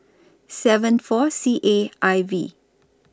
seven four C A I V